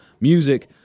music